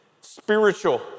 spiritual